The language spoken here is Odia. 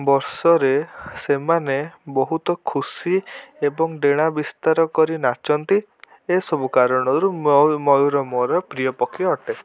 ବର୍ଷରେ ସେମାନେ ବହୁତ ଖୁସି ଏବଂ ଡେଣା ବିସ୍ତାର କରି ନାଚନ୍ତି ଏସବୁ କାରଣରୁ ମୟୂର ମୋର ପ୍ରିୟ ପକ୍ଷୀ ଅଟେ